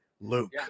Luke